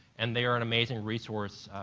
and they are and amazing resource,